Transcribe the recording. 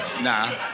Nah